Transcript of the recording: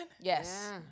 Yes